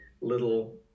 little